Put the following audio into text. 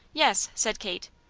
yes, said kate.